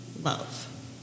love